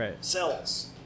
cells